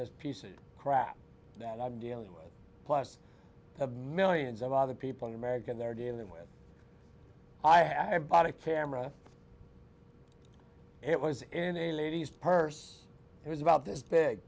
this piece of crap that i'm dealing with plus the millions of other people in america they're dealing with i am part of para it was in a lady's purse it was about this big